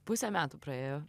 pusė metų praėjo